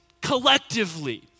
collectively